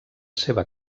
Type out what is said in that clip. seva